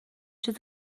چیز